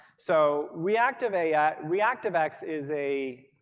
so reactivex ah reactivex is a